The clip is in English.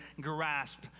grasp